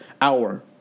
hour